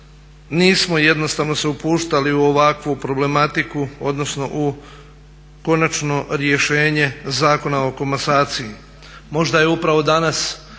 nismo jednostavno se upuštali u ovakvu problematiku odnosno u konačno rješenje Zakona o komasaciji. Možda je upravo danas